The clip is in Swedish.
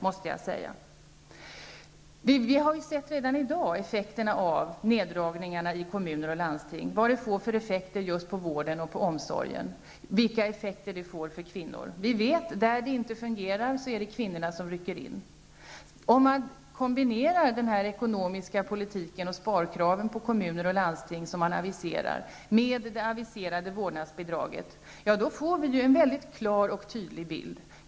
Vi har redan i dag sett vilka effekter neddragningarna inom vård och omsorg i kommuner och landsting får för kvinnorna. Vi vet att det är kvinnorna som rycker in där det inte fungerar. Om man kombinerar den ekonomiska politiken, de sparkrav på kommuner och landsting som har aviserats och det aviserade vårdnadsbidraget, får vi en mycket klar och tydlig bild.